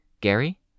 Gary